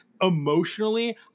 emotionally